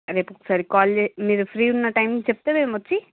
రేపు ఒకసారి కాల్ జే మీరు ఫ్రీ ఉన్న టైం చెప్తే మేము వచ్చి